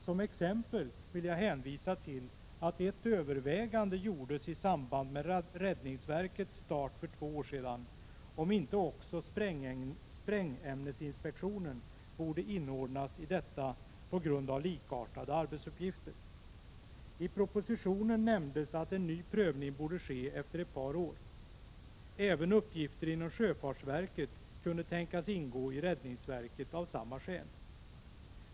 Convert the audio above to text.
Som exempel vill jag hänvisa till att ett övervägande gjordes i samband med räddningsverkets start för två år sedan om inte också sprängämnesinspektionen borde inordnas i detta på grund av likartade arbetsuppgifter. I propositionen nämndes att en ny prövning borde ske efter ett par år. Även uppgifter inom sjöfartsverket kunde tänkas ingå i räddningsverket av samma skäl.